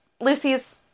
lucy's